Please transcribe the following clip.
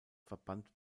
verband